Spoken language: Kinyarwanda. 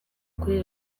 kuri